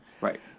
Right